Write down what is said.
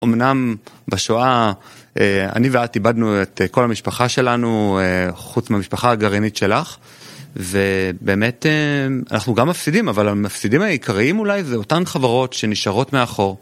אמנם בשואה אני ואת איבדנו את כל המשפחה שלנו, חוץ מהמשפחה הגרעינית שלך, ובאמת אנחנו גם מפסידים, אבל המפסידים העיקריים אולי זה אותן חברות שנשארות מאחור.